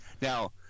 Now